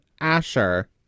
asher